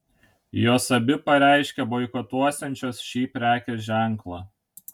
jos abi pareiškė boikotuosiančios šį prekės ženklą